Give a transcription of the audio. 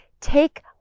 take